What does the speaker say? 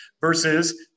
versus